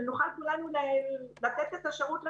כדי שנוכל לתת את השירות לכולם,